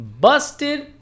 busted